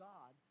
God